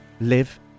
live